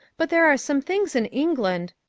but there are some things in england